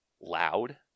loud